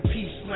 Peace